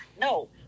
no